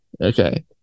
Okay